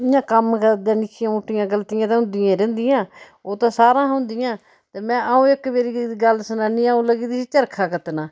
इ'यां कम्म करदे निक्कियां मुट्टियां गलतियां ते होंदियां रैंहदियां ओह् ते सारे हा होंदियां ते में आ'ऊं इक बारी दी गल्ल सनानी आ'ऊं लगी दी ही चरखा कत्तना